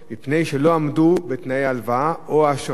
משום שלא עמדו בתנאי ההלוואה או האשראי,